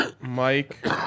Mike